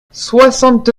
soixante